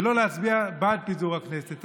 ולא להצביע בעד פיזור הכנסת.